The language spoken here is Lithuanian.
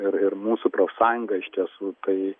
ir ir mūsų profsąjunga iš tiesų tai